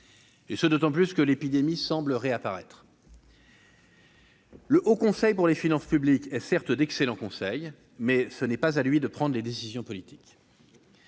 d'autant plus que l'épidémie semble réapparaître. Le Haut Conseil des finances publiques est certes d'excellent conseil, mais ce n'est pas à lui de prendre les décisions politiques.